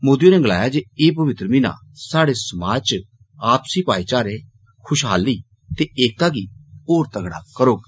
मोदी होरें गलाया ज एह् पवित्र महीना स्हाढ़ समाज च पसी भाईचारा खुशहाली त एकता गी होर तगड़ा करोग